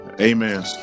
Amen